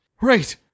Right